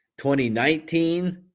2019